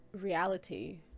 reality